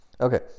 okay